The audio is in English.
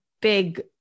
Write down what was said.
big